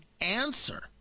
answer